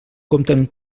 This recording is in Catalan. compten